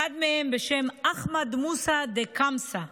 אחד מהם, בשם אחמד מוסא דקמסה.